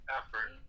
effort